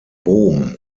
bohm